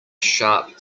sharp